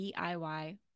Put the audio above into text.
DIY